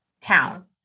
town